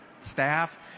staff